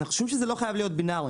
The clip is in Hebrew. אנחנו חושבים שזה לא חייב להיות בינארי.